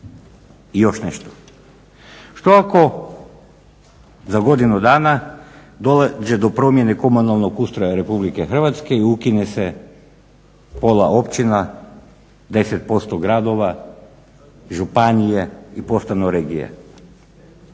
I još nešto, što ako za godinu dođe do promjene komunalnog ustroja RH i ukine se pola općina, 10% gradova, županije i postanu regije?